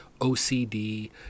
OCD